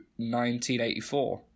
1984